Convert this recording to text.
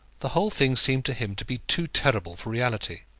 the whole thing seemed to him to be too terrible for reality.